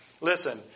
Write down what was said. Listen